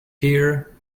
here